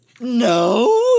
No